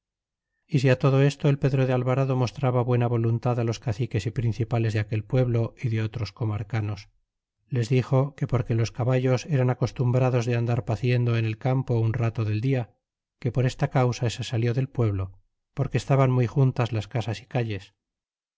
pasos é todo esto el pedro de alvarado mostraba buena voluntad los caciques y principales de aquel pueblo y de otros comarcanos les dixo que porque los caballos eran acostumbrados de andar paciendo en el campo un rato del die que por esta causa se salió del pueblo porque estaban muy juntas las casas y calles